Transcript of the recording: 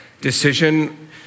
decision